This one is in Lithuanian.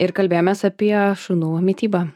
ir kalbėjomės apie šunų mitybą